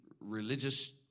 religious